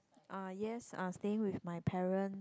ah yes I'm staying with my parents